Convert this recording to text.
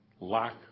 Lack